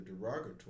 derogatory